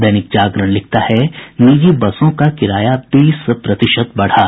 दैनिक जागरण लिखता है निजी बसों का किराया बीस प्रतिशत बढ़ा